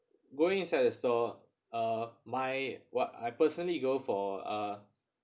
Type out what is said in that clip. going inside the store uh my what I personally go for a